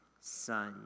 son